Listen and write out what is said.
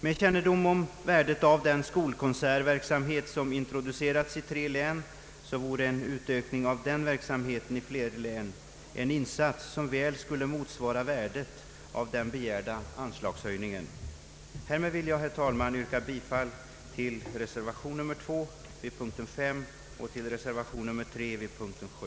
Med kännedom om värdet av den skolkonsertverksamhet som introducerats i tre län vore en utökning till fler län av den verksamheten en insats, som väl skulle motsvara värdet av den begärda anslagshöjningen. Med detta vill jag, herr talman, yrka bifall till reservationen vid punkten 5.